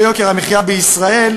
ביוקר המחיה בישראל,